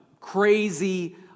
crazy